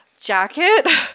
jacket